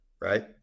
right